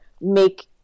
make